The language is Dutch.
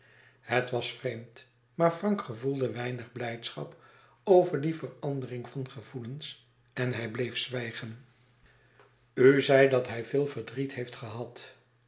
het was vreemd maar frank gevoelde weinig blijdschap over die verandering van gevoelens en hij bleef zwijgen u zei dat hij veel verdriet heeft gehad